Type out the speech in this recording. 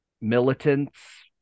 militants